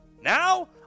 now